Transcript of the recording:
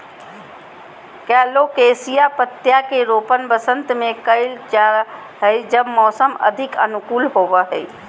colocasia पत्तियां के रोपण वसंत में कइल जा हइ जब मौसम अधिक अनुकूल होबो हइ